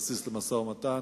כבסיס למשא-ומתן,